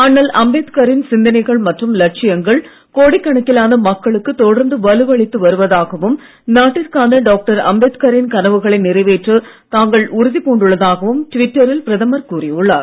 அண்ணல் அம்பேத்கரின் சிந்தனைகள் மற்றும் லட்சியங்கள் கோடிக்கணக்கிலான மக்களுக்கு தொடர்ந்து வலுவளித்து வருவதாகவும் நாட்டிற்கான டாக்டர் அம்பேத்கரின் கனவுகளை நிறைவேற்ற தாங்கள் உறுதி பூண்டுள்ளதாகவும் ட்விட்டரில் பிரதமர் கூறியுள்ளார்